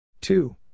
two